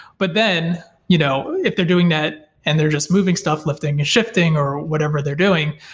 but then you know if they're doing that and they're just moving stuff, lifting and shifting or whatever they're doing,